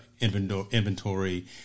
inventory